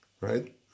right